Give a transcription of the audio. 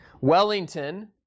Wellington